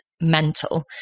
mental